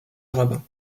rabbin